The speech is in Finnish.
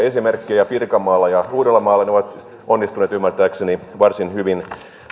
esimerkkejä pirkanmaalta ja uudeltamaalta ne ovat onnistuneet ymmärtääkseni varsin hyvin